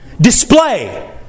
Display